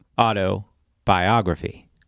Autobiography